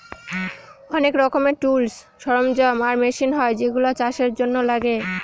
অনেক রকমের টুলস, সরঞ্জাম আর মেশিন হয় যেগুলা চাষের জন্য লাগে